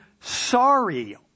sorry